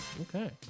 Okay